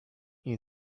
you